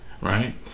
Right